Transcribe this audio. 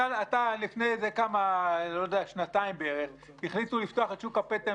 לפני בערך שנתיים החליטו לפתוח את שוק הפטם